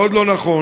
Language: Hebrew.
מאוד לא נכון.